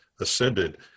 ascended